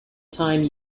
time